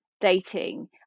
dating